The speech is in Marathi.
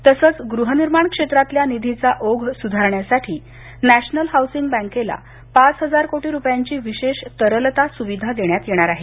तसंच गृहनिर्माण क्षेत्रातल्या निधीचा ओघ सुधारण्यासाठी नॅशनल हाऊसिंग बँकेला पाच हजार कोटी रुपयांची विशेष तरलता सुविधा देण्यात येणार आहे